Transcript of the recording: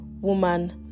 woman